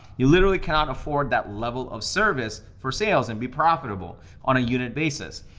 you literally cannot afford that level of service for sales and be profitable on a unit basis.